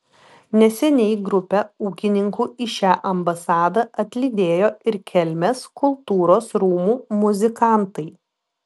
neseniai grupę ūkininkų į šią ambasadą atlydėjo ir kelmės kultūros rūmų muzikantai